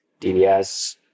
DDS